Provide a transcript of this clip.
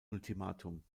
ultimatum